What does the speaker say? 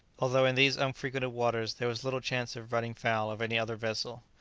although in these unfrequented waters there was little chance of running foul of any other vessel,